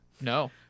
No